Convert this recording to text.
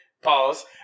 Pause